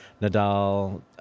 Nadal